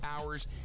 hours